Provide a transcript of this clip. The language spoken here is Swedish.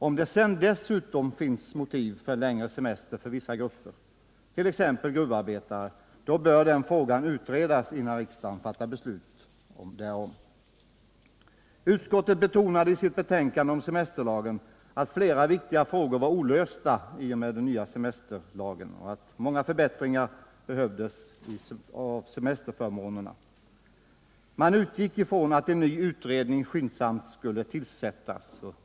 Om det sedan dessutom finns motiv för längre semester för vissa grupper, t.ex. gruvarbetarna, bör den frågan utredas innan riksdagen fattar beslut därom. Utskottet betonade i sitt betänkande om semesterlagen att flera viktiga frågor var olösta och att många förbättringar av semesterförmånerna behövdes. Man utgick från att en ny utredning skyndsamt skulle tillsättas.